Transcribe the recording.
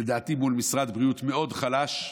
לדעתי מול משרד הבריאות מאוד חלש.